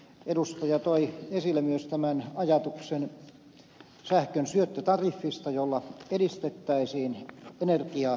edustaja toi esille myös tämän ajatuksen sähkön syöttötariffista jolla edistettäisiin energiatuotantoa